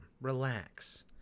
Relax